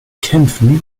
kämpfen